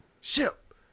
Ship